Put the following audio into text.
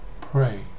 pray